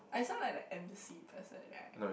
I sound like that embassy person [right]